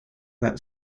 that